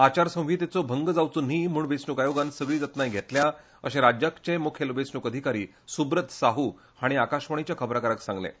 आचारसंहितेचो भंग जावचो न्हय म्हणून वेंचणूक आयोगान सगली जतनाय घेतल्या अशें राज्याचे मुखेल वेंचणूक अधिकारी सुब्रत साहू हांणी आकाशवाणीच्या खबराकाराक सांगलें